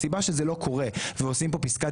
הסיבה שזה לא קורה עושים כאן פסקת